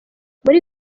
muri